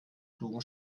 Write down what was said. klugen